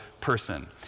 person